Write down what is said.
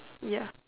ya